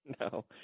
No